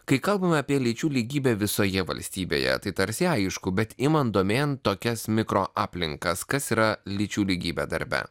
kai kalbame apie lyčių lygybę visoje valstybėje tai tarsi aišku bet imant domėn tokias mikroaplinkas kas yra lyčių lygybė darbe